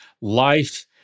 life